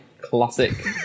Classic